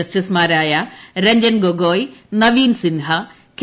ജസ്റ്റിസുമാരായ രഞ്ജൻ ഗോഗോയ് നവീൻ സിൻഹ കെ